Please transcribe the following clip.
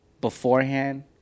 beforehand